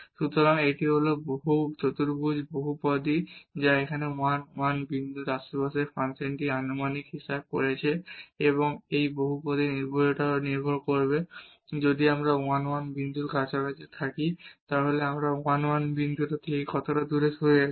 সুতরাং এটি হল দ্বিঘাত পলিনোমিয়াল যা এই 1 1 বিন্দুর আশেপাশে ফাংশনটির আনুমানিক হিসাব করছে এবং এই বহুপদীটির নির্ভুলতা নির্ভর করবে যদি আমরা 1 1 বিন্দুর কাছাকাছি থাকি তাহলে আমরা 1 1 বিন্দু থেকে কতটা দূরে আছি